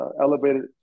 elevated